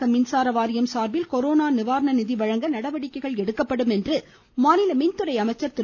தமிழக மின்சார வாரியம் சார்பில் கொரோனா நிவாரண நிதி வழங்க நடவடிக்கை எடுக்கப்படும் என்று மாநில மின்துறை அமைச்சர் திரு